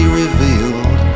revealed